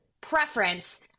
preference